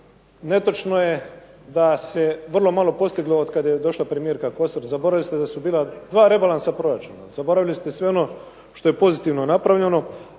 Netočno je da se vrlo malo postiglo od kad je došla premijerka Kosor. Zaboravili ste da su bila dva rebalansa proračuna, zaboravili ste sve ono što je pozitivno napravljeno.